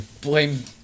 Blame